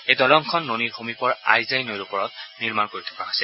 এই দলংখন ননীৰ সমীপৰ আইজাই নৈৰ ওপৰত নিৰ্মাণ কৰি থকা হৈছে